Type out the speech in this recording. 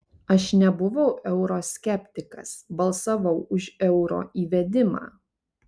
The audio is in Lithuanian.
aš nebuvau euro skeptikas balsavau už euro įvedimą